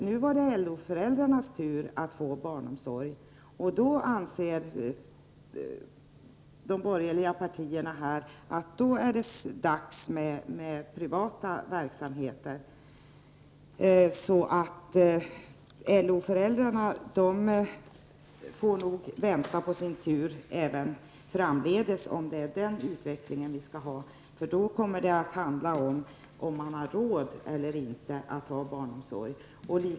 Nu, när det är LO-föräldrarnas tur att få barnomsorg, anser de borgerliga partierna att det är dags med privata verksamheter. Så LO-föräldrarna får nog vänta på sin tur även framdeles, om det är den utvecklingen vi skall ha, för då kommer det att handla om huruvida man har råd eller inte att ha barnomsorg.